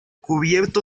cubierto